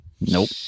nope